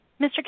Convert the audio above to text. Mr